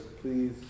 please